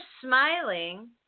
smiling